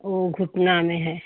ओ घुटना में है